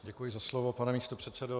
Děkuji za slovo, pane místopředsedo.